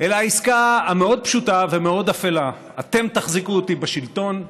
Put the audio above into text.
אלא העסקה המאוד-פשוטה ומאוד אפלה: אתם תחזיקו אותי בשלטון,